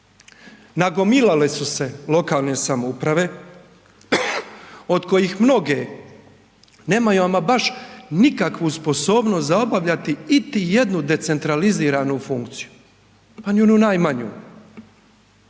Nagomilale su se lokalne samouprave od kojih mnoge nemaju ama baš nikakvu sposobnost za obavljati iti jednu decentraliziranu funkciju pa ni onu najmanju.